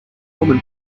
woman